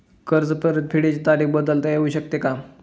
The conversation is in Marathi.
कर्ज परतफेडीची तारीख बदलता येऊ शकते का?